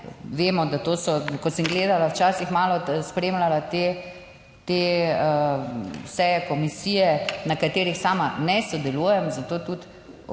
Vemo, da to so, ko sem gledala, včasih malo spremljala te seje komisije, na katerih sama ne sodelujem, zato tudi konkretno